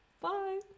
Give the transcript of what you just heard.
Bye